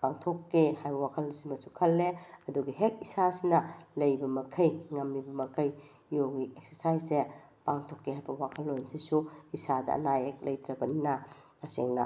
ꯀꯥꯡꯊꯣꯛꯀꯦ ꯍꯥꯏꯕ ꯋꯥꯈꯜꯁꯤꯃꯁꯨ ꯈꯜꯂꯦ ꯑꯗꯨꯒ ꯍꯦꯛ ꯏꯁꯥꯁꯤꯅ ꯂꯩꯔꯤꯕ ꯃꯈꯩ ꯉꯝꯃꯤꯕ ꯃꯈꯩ ꯌꯣꯒꯒꯤ ꯑꯦꯛꯁꯔꯁꯥꯏꯁꯁꯦ ꯄꯥꯡꯊꯣꯛꯀꯦ ꯍꯥꯏꯕ ꯋꯥꯈꯜꯂꯣꯟꯁꯤꯁꯨ ꯏꯁꯥꯗ ꯑꯅꯥ ꯑꯌꯦꯛ ꯂꯩꯇ꯭ꯔꯕꯅꯤꯅ ꯇꯁꯦꯡꯅ